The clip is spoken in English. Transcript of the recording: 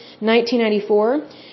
1994